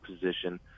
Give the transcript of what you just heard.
position